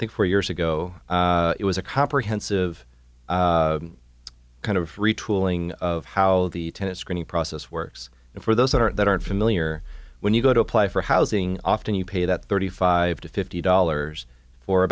think four years ago it was a comprehensive kind of retooling of how the tenet screening process works and for those that aren't that aren't familiar when you go to apply for housing often you pay that thirty five to fifty dollars for a